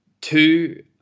Two